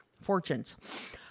fortunes